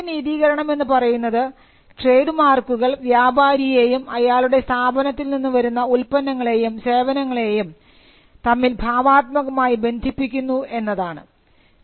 അപ്പോൾ ആദ്യത്തെ നീതീകരണം എന്ന് പറയുന്നത് ട്രേഡ് മാർക്കുകൾ വ്യാപാരിയെയും അയാളുടെ സ്ഥാപനത്തിൽ നിന്ന് വരുന്ന ഉൽപ്പന്നങ്ങളേയും സേവനങ്ങളുേയും തമ്മിൽ ഭാവാത്മകമായി ബന്ധിപ്പിക്കുന്നു എന്നതാണ്